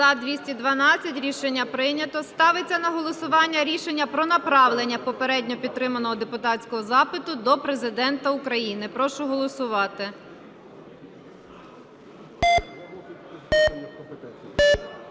За-212 Рішення прийнято. Ставиться на голосування рішення про направлення попередньо підтриманого депутатського запиту до Президента України. Прошу голосувати.